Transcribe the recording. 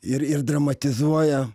ir ir dramatizuoja